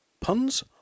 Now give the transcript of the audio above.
Puns